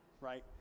right